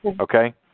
Okay